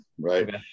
right